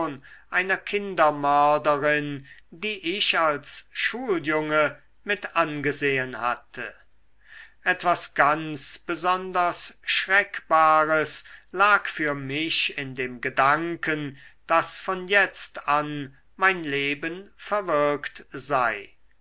einer kindermörderin die ich als schuljunge mit angesehen hatte etwas ganz besonders schreckbares lag für mich in dem gedanken daß von jetzt an mein leben verwirkt sei